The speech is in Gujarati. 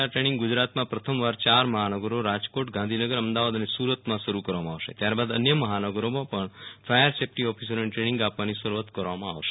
આ દ્રેનિંગ ગુજરાતમાં પ્રથમવાર યાર મહાનગરો રાજકોટ ગાંધીનગરઅમદાવાદ અને સુ રતમાં શરૂ કરવામાં આવશે ત્યારબાદ અન્ય મહાનગરોમાં પણ ફાયર સેફ્ટી ઓફિસરોને દ્રેનિંગ આપવાની શરૂઆત કરવામાં આવશે